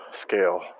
scale